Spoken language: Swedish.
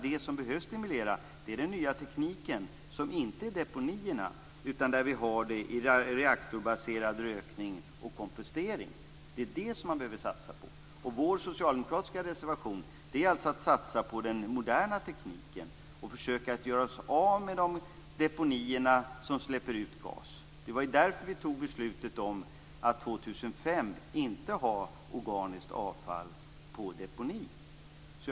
Det som behövs stimuleras är den nya tekniken som inte är deponierna utan reaktorbaserad rökning och kompostering. Det är vad man behöver satsa på. Vår socialdemokratiska reservation innebär att satsa på den moderna tekniken och att försöka göra sig av med de deponier som släpper ut gas. Det var därför som vi fattade beslut om att inte ha organiskt avfall på deponi år 2005.